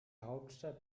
hauptstadt